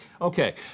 Okay